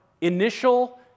initial